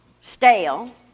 stale